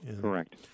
Correct